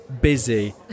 busy